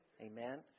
Amen